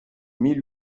mille